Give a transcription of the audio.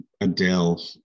Adele